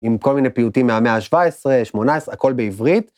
עם כל מיני פיוטים מהמאה ה-17, 18, הכל בעברית.